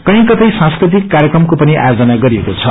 कही कतै सांस्कृतिक कार्यक्रमको पनि आयोजन गरिएको छ